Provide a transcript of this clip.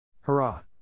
Hurrah